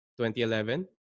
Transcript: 2011